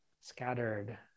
scattered